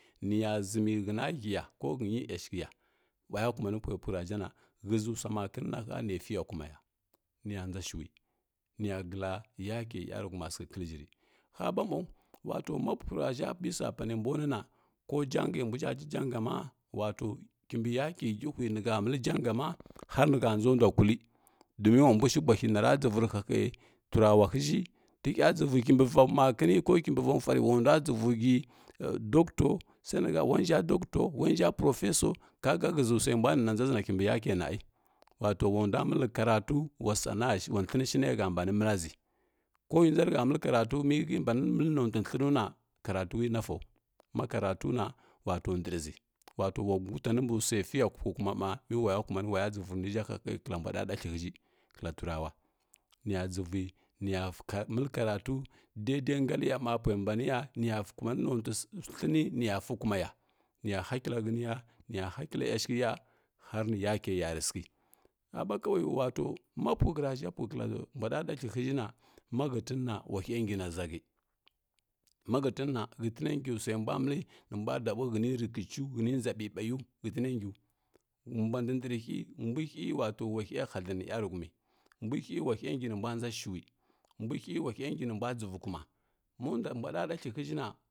Nə ya ʒəmə həna hiya ko həni yashəgləyo wa kumani pwai phəghraʒha na həʒə swa makənə na nə fiya kuma ya nə ya dʒ ndʒa shəwi nə ya gəlla yakə yarəghəuma rəghsəghə kəllə ʒhi ri, ha ɓa maw ma puəghə raʒha bisa panə mbu pwo na ko jangə mbwə ʒha jəjanga wato kimbi yakə nk ngəghəuə nə ha məllə janga ma har no ha ndʒa ndwa killəy domin wa mbwa shi bwahi na dʒəvoi rə halə turawa həʒhi tə hya dʒəvoi kimbi va rə halə turawa həʒhi tə hya dʒəvoi kimbi va makəni ko kəmbi va ruad wu ndwa dʒəvoi guə doctor sai nə ha wənja proffəsor ka ga həʒə swai mbwa nə na kimbi yakə shi wa tɛlənə shi nə ha mba nə məlla ʒəghə ko iynd ʒa rə ha məllə karatun mə hə mbana məllə nʒutə thlənu na karatu nafaw ma karatuna wata nɗəghərə ʒəi wato wa gutaə mba swai fiya puəghkuma ma mə wa ga kumani waya dʒəvoi rə ni ʒha hahəghə kəlla mbwa ɗaɗathg a həʒhi kəlla turawa nə ya dʒəvoi nə ya fek məllə karatu daidaingakə ya ma pwai mba nə ya nə ya kumani nəutən so thləny nə ya fə kuma ya nə ya hakəlla hənə ya nə ya hakəllo yashəgho ya har nə yaləya rə səghə ha’ɓa kawai yu wato ma puəghə rəʒhi puəghətrəllo mbwa dodathləa həʒhi na ma hotəna wa hyə ngi na ʒh həghə ma hətəna hətənə ngi swai nbwa məllə nə mbwa daboi hənə rəkəcəu hətəni ndʒa baibayu hənə myle mbula ndəghə-ndəghərə hy mbwi hy wato hy hadəy nə mə ya yarəghəum mbwi hy wa hya ngi nə mbwa ndʒa shəwi, mbwi hy wa hya ngi nə mbwa dʒəvoi kuma.